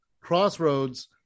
crossroads